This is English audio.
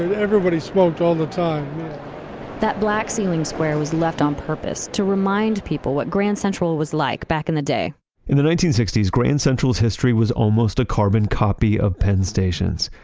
and everybody smoked all the time that black ceiling square was left on purpose to remind people what grand central was like back in the day in the nineteen grand central's history was almost a carbon copy of penn station's.